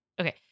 okay